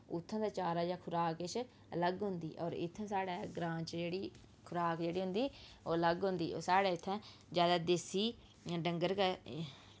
उत्थें दा चारा जां खराक किश अलग होंदी होर इत्थैं साढ़ै ग्रांऽ च जेह्ड़ी खुराक जेह्ड़ी होंदी ओह् अलग होंदी ओह् साढ़ै इत्थें ज्यादा देसी डंगर गै